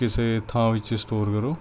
ਕਿਸੇ ਥਾਂ ਵਿੱਚ ਸਟੋਰ ਕਰੋ